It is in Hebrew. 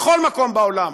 בכל מקום בעולם,